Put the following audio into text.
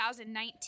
2019